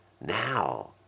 Now